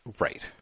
Right